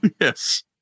yes